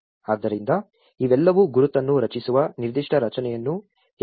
ಆದ್ದರಿಂದ ಇವೆಲ್ಲವೂ ಗುರುತನ್ನು ರಚಿಸುವ ನಿರ್ದಿಷ್ಟ ರಚನೆಯನ್ನು ಹೇಗೆ ಆಕಾರ ನೀಡುತ್ತವೆ ಎಂಬುದನ್ನು ಮಾಡುತ್ತದೆ